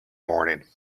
morning